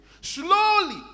Slowly